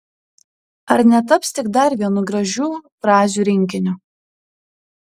ar netaps tik dar vienu gražių frazių rinkiniu